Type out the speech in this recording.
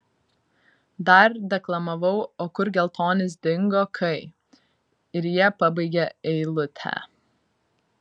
dar deklamavau o kur geltonis dingo kai ir jie pabaigė eilutę